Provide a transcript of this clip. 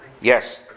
Yes